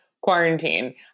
quarantine